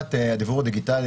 רפורמת הדיוור הדיגיטלי,